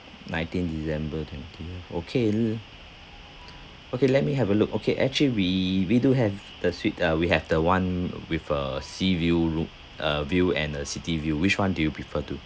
nineteenth december twentieth okay l~ okay let me have a look okay actually we we do have the suite uh we have the one with a sea view room uh view and a city view which one do you prefer to